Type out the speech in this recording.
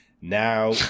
Now